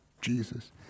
Jesus